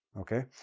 okay?